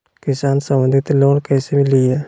किसान संबंधित लोन कैसै लिये?